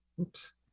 Oops